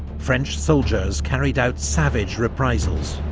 french soldiers carried out savage reprisals.